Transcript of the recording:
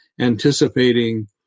anticipating